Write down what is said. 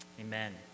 Amen